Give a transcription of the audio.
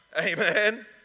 amen